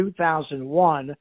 2001